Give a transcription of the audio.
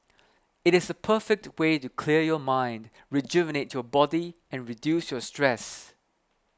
it is the perfect way to clear your mind rejuvenate your body and reduce your stress